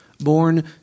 born